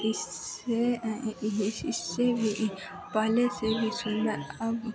इससे इससे भी पहले से से ही सुन्दर अब